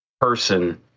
person